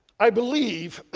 i believe